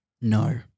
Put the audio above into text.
No